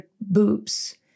boobs